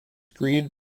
greeted